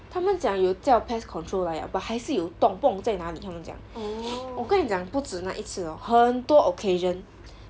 他们讲有叫 pest control 来 liao but 还是有洞不懂在哪里他们讲我跟你讲不只那一次 hor 很多 occasion